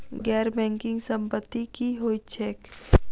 गैर बैंकिंग संपति की होइत छैक?